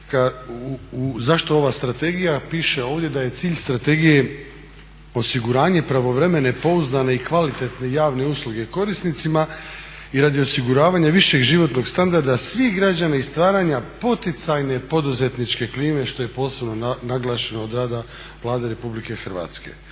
Zašto ova strategija, piše ovdje da je cilj strategije osiguranje pravovremene, pouzdane i kvalitetne javne usluge korisnicima i radi osiguravanja višeg životnog standarda svih građana i stvaranja poticajne poduzetničke klime što je posebno naglašeno … Vlade Republike Hrvatske.